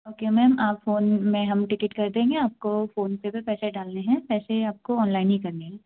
okay ma'am आप phone में हम टिकेट कर देंगे आपको फ़ोनपे पे पैसे डालने है पैसे आपको ऑनलाइन ही करने है